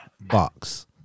box